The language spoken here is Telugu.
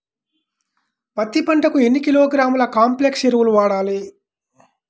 పత్తి పంటకు ఎన్ని కిలోగ్రాముల కాంప్లెక్స్ ఎరువులు వాడాలి?